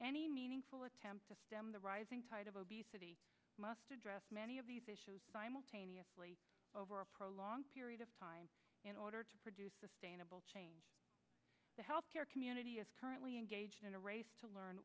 any meaningful attempt to stem the rising tide of obesity must address many of these issues simultaneously over a prolonged period of time in order to produce sustainable change the health care community is currently engaged in a race to learn